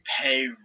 pay